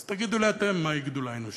אז תגידו לי אתם מהי גדולה אנושית.